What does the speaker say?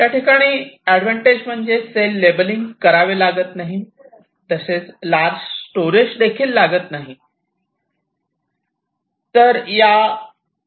या ठिकाणी एडवांटेज म्हणजे सेल लेबलिंग करावे लागत नाही तसेच लार्ज स्टोरेज लागत नाही